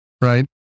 right